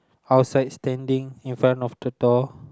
outside standing in front of the door